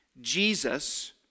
Jesus